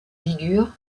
ligure